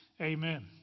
amen